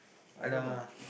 I don't know